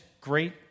great